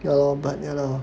ya lor but ya lor